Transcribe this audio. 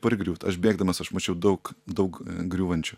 pargriūt aš bėgdamas aš mačiau daug daug griūvančių